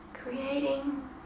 creating